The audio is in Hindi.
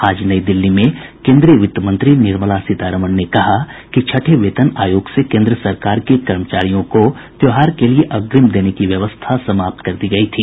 आज नई दिल्ली में केन्द्रीय वित्त मंत्री निर्मला सीतारामन ने कहा कि छठे वेतन आयोग से केन्द्र सरकार के कर्मचारियों को त्योहार के लिए अग्रिम देने की व्यवस्था समाप्त कर दी गयी थी